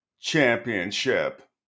championship